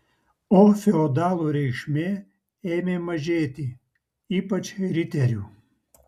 o feodalų reikšmė ėmė mažėti ypač riterių